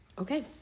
okay